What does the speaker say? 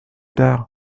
tard